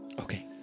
Okay